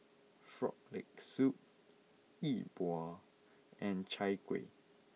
Frog Leg Soup Yi Bua and Chai Kuih